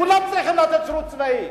כולם צריכים לתת שירות צבאי,